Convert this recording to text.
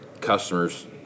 customers